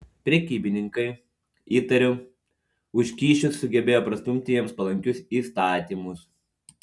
prekybininkai įtariu už kyšius sugebėjo prastumti jiems palankius įstatymus